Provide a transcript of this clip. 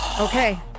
okay